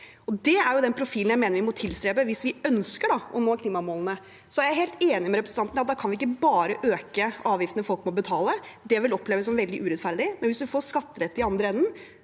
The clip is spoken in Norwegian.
Det er den profilen jeg mener vi må tilstrebe hvis vi ønsker å nå klimamålene. Jeg er helt enig med representanten i at da kan vi ikke bare øke avgiftene folk må betale. Det vil oppleves som veldig urettferdig. Men hvis de får skattelette i andre enden,